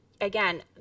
again